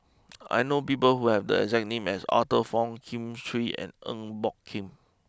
I know people who have the exact name as Arthur Fong Kin Chui and Eng Boh Kee